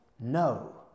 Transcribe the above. no